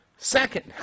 Second